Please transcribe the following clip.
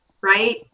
right